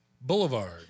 Boulevard